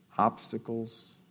obstacles